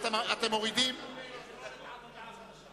אתם מורידים את ההסתייגויות?